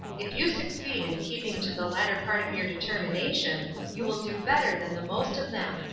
if you succeed in keeping to the latter part of your determination you will do better than the most of them,